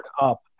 up